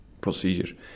procedure